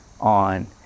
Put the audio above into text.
on